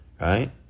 right